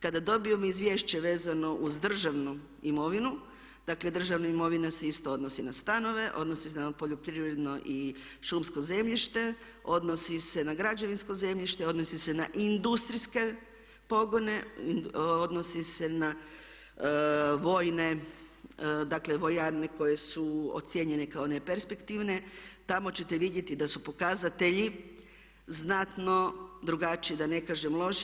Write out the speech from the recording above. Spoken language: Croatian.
Kada dobijemo izvješće vezano uz državnu imovinu, dakle državna imovina se isto odnosi na stanove, odnosi se na poljoprivredno i šumsko zemljište, odnosi se na građevinsko zemljište, odnosi se na industrijske pogone, odnosi se na vojne, dakle vojarne koje su ocjenjene kao ne perspektivne, tamo ćete vidjeti da su pokazatelji znatno drugačije da ne kažem loši.